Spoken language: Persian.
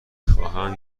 خواهم